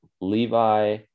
Levi